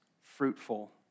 fruitful